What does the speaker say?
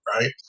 Right